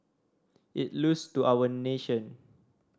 it loss to our nation